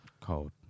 cold